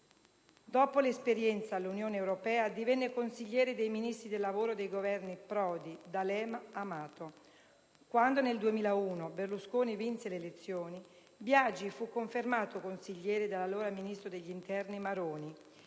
Dopo l'esperienza all'Unione europea divenne consigliere dei Ministri del lavoro dei Governi Prodi, D'Alema e Amato. Quando nel 2001 Berlusconi vinse le elezioni, Biagi fu confermato consigliere dall'allora ministro dell'interno Maroni,